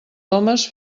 homes